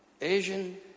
Asian